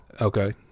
Okay